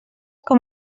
com